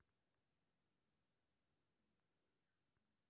कीट से फसल के कोना बचावल जाय सकैछ?